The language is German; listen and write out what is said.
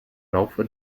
laufe